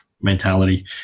mentality